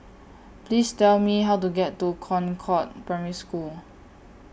Please Tell Me How to get to Concord Primary School